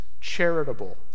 charitable